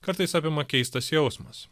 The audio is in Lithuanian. kartais apima keistas jausmas